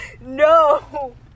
No